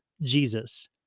Jesus